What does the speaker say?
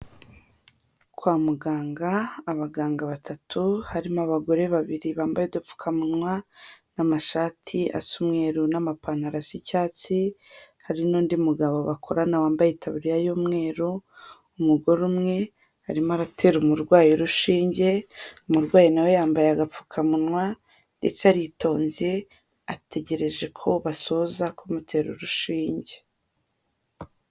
Kwa muganga abaganga batatu harimo abagore babiri bambaye udupfukamunwa, n'amashati asa umweru n'amapantaro asa icyatsi, hari n'undi mugabo bakorana wambaye itaburiya y'umweru, umugore umwe arimo aratera umurwayi urushinge, umurwayi na we yambaye agapfukamunwa ndetse aritonze, ategereje ko basoza kumutera urushinge.